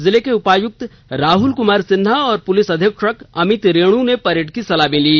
जिले के उपायुक्त राहल कुमार सिन्हा और पुलिस अधीक्षक अमित रेणु ने परेड की सलामी ली